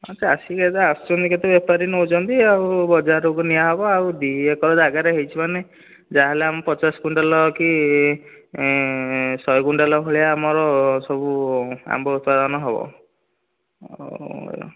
ହଁ ଚାଷୀ କେତେ ଆସୁଛନ୍ତି କେତେ ବେପାରୀ ନେଉଛନ୍ତି ଆଉ ବଜାର କୁ ନିଆହେବ ଆଉ ଦୁଇ ଏକର ଜାଗା ରେ ହୋଇଛି ମାନେ ଯାହା ହେଲେ ଆମେ ପଚାଶ କ୍ଵିଣ୍ଟାଲ କି ଶହେ କ୍ଵିଣ୍ଟାଲ ଭଳିଆ ଆମର ସବୁ ଆମ୍ବ ଉତ୍ପାଦନ ହେବ ଆଉ